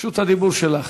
רשות הדיבור שלך.